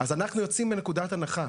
אז אנחנו יוצאים מנקודת הנחה,